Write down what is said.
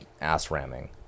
ass-ramming